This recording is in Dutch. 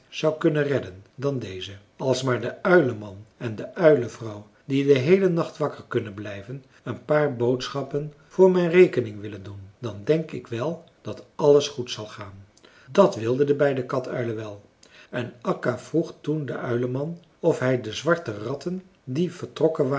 zou kunnen redden dan deze als maar de uileman en de uilevrouw die den heelen nacht wakker kunnen blijven een paar boodschappen voor mijn rekening willen doen dan denk ik wel dat alles goed zal gaan dat wilden de beide katuilen wel en akka vroeg toen den uileman of hij de zwarte ratten die vertrokken waren